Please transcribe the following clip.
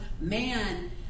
man